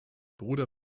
bruder